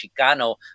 Chicano